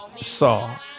saw